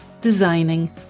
designing